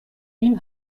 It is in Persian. این